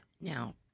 Now